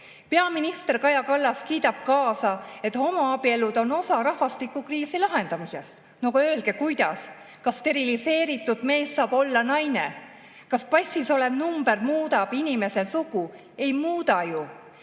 ideoloogia. Peaminister Kaja Kallas kiidab kaasa, et homoabielud on osa rahvastikukriisi lahendamisest. No öelge, kuidas! Kas steriliseeritud mees saab olla naine? Kas passis olev number muudab inimese sugu? Ei muuda ju!